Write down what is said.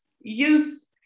use